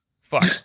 Fuck